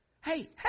hey